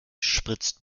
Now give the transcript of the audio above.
spritzt